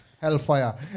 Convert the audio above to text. hellfire